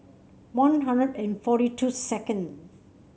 One Hundred and forty two second